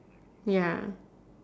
ya